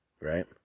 right